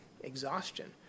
exhaustion